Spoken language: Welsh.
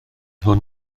hwn